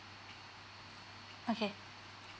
okay